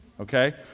Okay